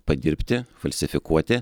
padirbti falsifikuoti